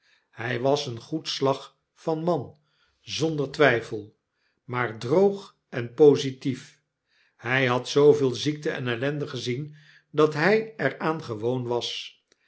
hy was een goed slag van man zonder twfifel maar droog en positief hy had zooveel ziekte en ellende gezien dat hy er aan gewoon was